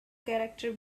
character